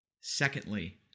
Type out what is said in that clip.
Secondly